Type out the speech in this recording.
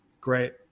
Great